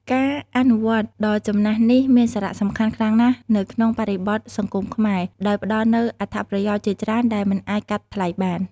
ការអនុវត្តន៍ដ៏ចំណាស់នេះមានសារៈសំខាន់ខ្លាំងណាស់នៅក្នុងបរិបទសង្គមខ្មែរ ដោយផ្ដល់នូវអត្ថប្រយោជន៍ជាច្រើនដែលមិនអាចកាត់ថ្លៃបាន។